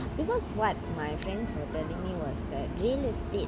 because what my friends were telling me was that real estate